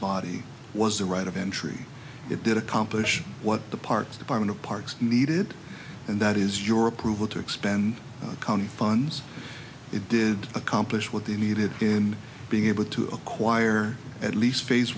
body was the right of entry it did accomplish what the parts department of parks needed and that is your approval to expand the county funds it did accomplish what they needed in being able to acquire at least phase